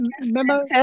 Remember